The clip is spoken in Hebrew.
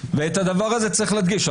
ואת הדבר הזה צריך להדגיש.